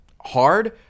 hard